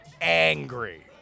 angry